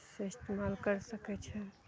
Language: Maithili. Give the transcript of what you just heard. से इस्तेमाल करि सकय छै